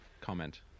comment